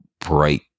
bright